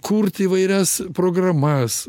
kurt įvairias programas